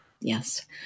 Yes